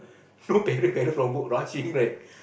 no parents from work rushing right